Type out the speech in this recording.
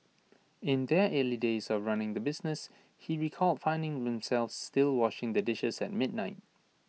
in their early days of running the business he recalled finding themselves still washing the dishes at midnight